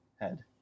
head